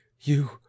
You